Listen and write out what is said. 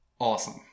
Awesome